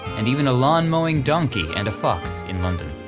and even a lawn mowing donkey and a fox in london.